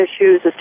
issues